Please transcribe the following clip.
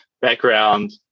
background